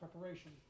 preparation